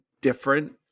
different